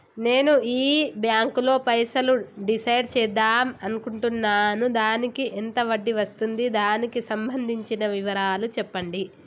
నేను ఈ బ్యాంకులో పైసలు డిసైడ్ చేద్దాం అనుకుంటున్నాను దానికి ఎంత వడ్డీ వస్తుంది దానికి సంబంధించిన వివరాలు చెప్పండి?